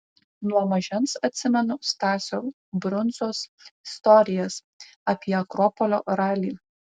nuo mažens atsimenu stasio brundzos istorijas apie akropolio ralį